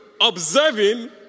observing